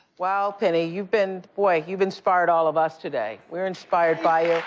wow, penny. you've been boy, you've inspired all of us today. we're inspired by you.